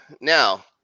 now